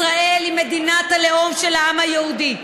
ישראל היא מדינת הלאום של העם היהודי,